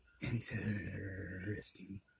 interesting